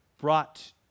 brought